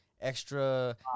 extra